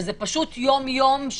שזה פשוט יום-יום,